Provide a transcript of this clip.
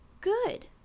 good